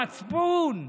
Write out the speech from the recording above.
המצפון.